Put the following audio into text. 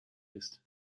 ist